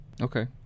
Okay